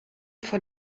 von